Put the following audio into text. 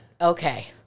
Okay